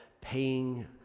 paying